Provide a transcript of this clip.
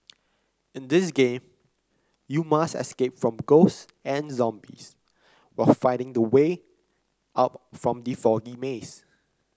in this game you must escape from ghosts and zombies while finding the way out from the foggy maze